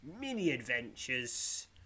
mini-adventures